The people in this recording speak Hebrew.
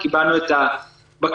קיבלנו את הבקשות.